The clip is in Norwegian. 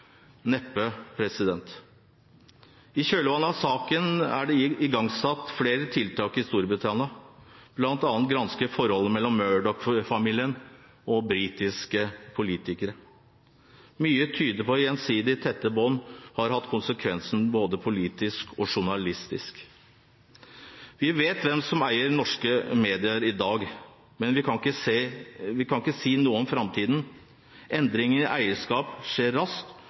Neppe. I kjølvannet av saken er det igangsatt flere tiltak i Storbritannia, bl.a. granskes forholdet mellom Murdoch-familien og britiske politikere. Mye tyder på at gjensidige tette bånd har hatt konsekvenser både politisk og journalistisk. Vi vet hvem som eier norske medier i dag, men vi kan ikke si noe om framtiden. Endringer i eierskap skjer raskt